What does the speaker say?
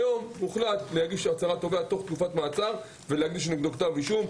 היום הוחלט להגיש הצהרת תובע תוך תקופת מעצר ולהגיש נגדו כתב אישום.